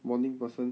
morning person